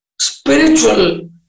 spiritual